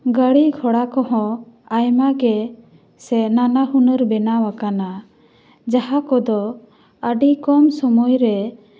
ᱜᱟᱹᱲᱤ ᱜᱷᱳᱲᱟ ᱠᱚᱦᱚᱸ ᱟᱭᱢᱟᱜᱮ ᱥᱮ ᱱᱟᱱᱟ ᱦᱩᱱᱟᱹᱨ ᱵᱮᱱᱟᱣ ᱟᱠᱟᱱᱟ ᱡᱟᱦᱟᱸ ᱠᱚᱫᱚ ᱟᱹᱰᱤ ᱠᱚᱢ ᱥᱚᱢᱚᱭᱨᱮ